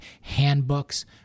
handbooks